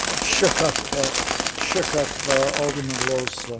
ah shook up shook up alderman lowe's